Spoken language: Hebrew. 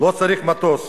לא צריך מטוס,